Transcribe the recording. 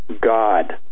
god